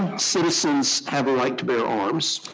citizens have a right to bear arms.